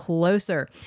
closer